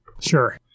Sure